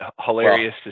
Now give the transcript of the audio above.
hilarious